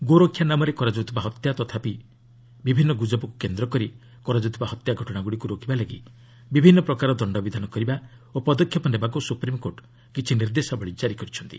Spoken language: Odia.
ଗୋ ରକ୍ଷା ନାମରେ କରାଯାଉଥିବା ହତ୍ୟା ତଥାପି ବିଭିନ୍ନ ଗୁଜବକୁ କେନ୍ଦ୍ରକରି କରାଯାଉଥିବା ହତ୍ୟା ଘଟଣାଗୁଡ଼ିକୁ ରୋକିବା ଲାଗି ବିଭିନ୍ନ ପ୍ରକାର ଦଶ୍ତବିଧାନ କରିବା ଓ ପଦକ୍ଷେପ ନେବାକୁ ସୁପ୍ରିମ୍କୋର୍ଟ କିଛି ନିର୍ଦ୍ଦେଶାବଳୀ ଜାରି କରିଛନ୍ତି